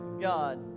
god